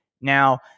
Now